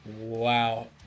wow